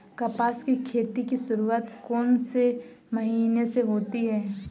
कपास की खेती की शुरुआत कौन से महीने से होती है?